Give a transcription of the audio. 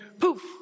poof